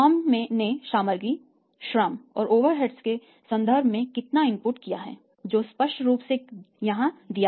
तो फर्म ने सामग्री श्रम और ओवरहेड्स के संदर्भ में कितना इनपुट किया है जो स्पष्ट रूप से यहां दिया गया है